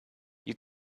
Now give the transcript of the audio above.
you